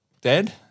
dead